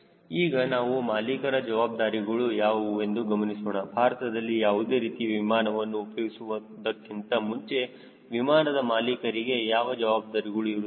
ಈಗ ನಾವು ಮಾಲೀಕರ ಜವಾಬ್ದಾರಿಗಳು ಯಾವುವು ಎಂದು ಗಮನಿಸೋಣ ಭಾರತದಲ್ಲಿ ಯಾವುದೇ ರೀತಿಯ ವಿಮಾನವನ್ನು ಉಪಯೋಗಿಸುವುದಕ್ಕಿಂತ ಮುಂಚೆ ವಿಮಾನದ ಮಾಲೀಕರಿಗೆ ಯಾವ ಜವಾಬ್ದಾರಿಗಳು ಇರುತ್ತವೆ